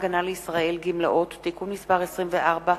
בצבא-הגנה לישראל (גמלאות) (תיקון מס' 24),